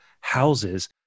houses